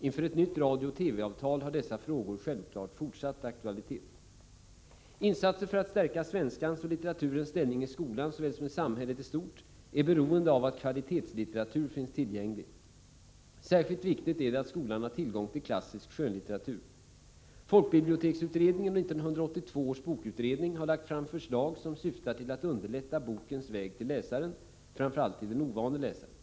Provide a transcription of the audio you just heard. Inför ett nytt radiooch TV-avtal har dessa frågor självfallet fortsatt aktualitet. Insatser för att stärka svenskans och litteraturens ställning i skolan såväl som i samhället i stort är beroende av att kvalitetslitteratur finns tillgänglig. Särskilt viktigt är det att skolan har tillgång till klassisk skönlitteratur. Folkbiblioteksutredningen och 1982 års bokutredning har lagt fram förslag som syftar till att underlätta bokens väg till läsaren, framför allt den ovane läsaren.